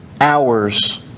hours